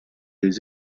des